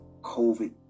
COVID